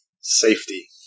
Safety